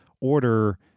order